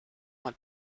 want